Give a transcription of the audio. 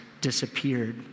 disappeared